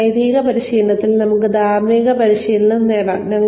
ഒരു നൈതിക പരിശീലനത്തിൽ നമുക്ക് ധാർമ്മിക പരിശീലനം നേടാം